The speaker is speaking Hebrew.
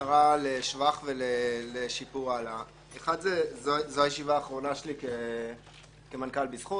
בקצרה לשבח ולשיפור הלאה 1. זו הישיבה האחרונה שלי כמנכ"ל "בזכות",